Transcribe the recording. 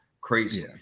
crazy